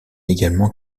également